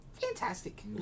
fantastic